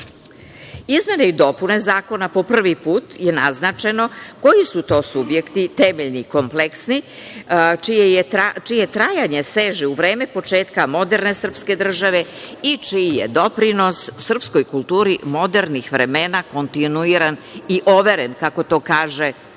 i dopune Zakona, po prvi put je naznačeno koji su to subjekti temeljni, kompleksni, čije trajanje seže u vreme početka moderne srpske države i čiji je doprinos srpskoj kulturi modernih vremena kontinuiran i overen, kako to kaže u